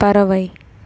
பறவை